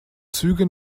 züge